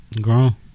Grown